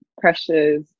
pressures